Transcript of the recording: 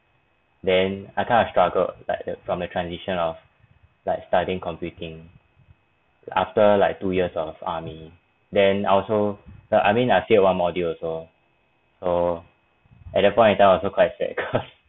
then I kind of struggled like that from the transition of like studying computing after like two years of army then I also like I mean I failed one module also so at that point in time also quite sad cause